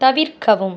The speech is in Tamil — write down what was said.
தவிர்க்கவும்